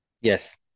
Yes